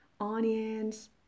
onions